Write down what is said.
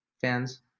fans